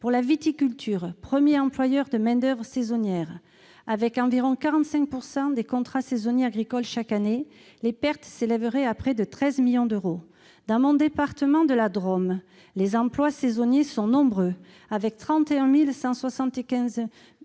Pour la viticulture, premier employeur de main-d'oeuvre saisonnière, avec environ 45 % des contrats saisonniers agricoles chaque année, les pertes s'élèveraient à près de 13 millions d'euros. Dans mon département, la Drôme, les emplois saisonniers sont nombreux : on y a